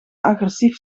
agressief